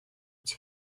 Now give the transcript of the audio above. its